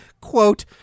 quote